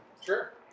Sure